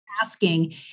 asking